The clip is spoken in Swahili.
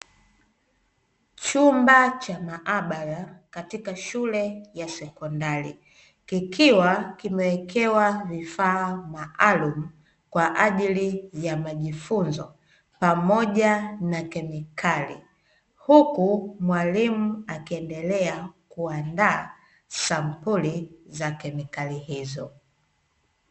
Chumba cha maabara katika shule ya sekondari kikiwa kimewekewa vifaa maalumu kwaajili ya majifunzo pamoja na kemikali, huku mwalimu akiendelea kuandaa sampuli za kemikali hizo.